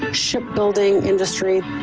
ah ship building industry.